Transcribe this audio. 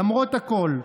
למרות הכול,